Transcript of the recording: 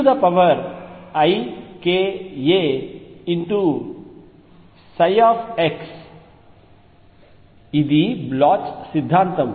అది పొటెన్షియల్ సిద్ధాంతం